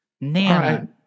Nana